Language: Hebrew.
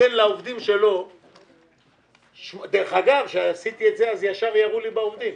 דרך אגב, כשעשיתי את זה אז ישר ירו לי בעובדים,